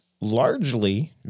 largely